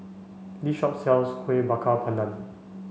this shop sells Kueh Bakar Pandan